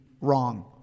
wrong